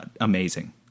amazing